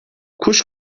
kuş